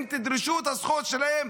אם תדרשו את הזכויות שלכן.